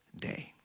day